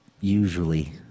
usually